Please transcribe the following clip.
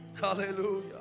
Hallelujah